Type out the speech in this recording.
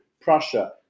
Prussia